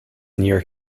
near